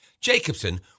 Jacobson